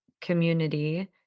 community